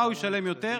מה הוא ישלם יותר?